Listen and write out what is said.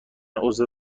عضو